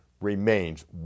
remains